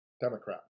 democrat